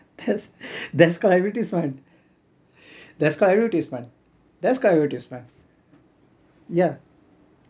that's called advertisement that's called advertisement that's called advertisement yeah